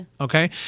Okay